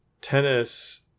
tennis